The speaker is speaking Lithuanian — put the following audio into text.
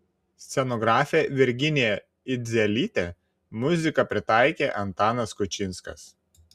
scenografė virginija idzelytė muziką pritaikė antanas kučinskas